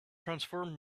transform